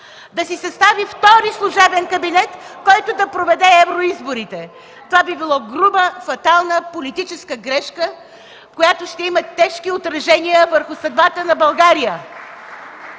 да си състави втори служебен кабинет, който да проведе евроизборите. Това би било груба, фатална политическа грешка, която ще има тежки отражения върху съдбата на България.